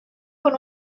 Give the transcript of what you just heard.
por